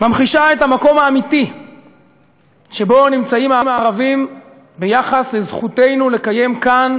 ממחישה את המקום האמיתי שבו נמצאים הערבים ביחס לזכותנו לקיים כאן,